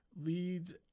leads